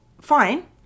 fine